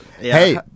Hey